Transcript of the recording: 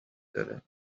داره